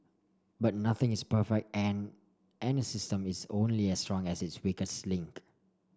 but nothing is perfect and any system is only as strong as its weakest link